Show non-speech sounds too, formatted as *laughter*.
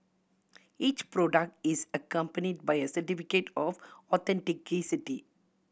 each product is accompanied by a certificate of *unintelligible*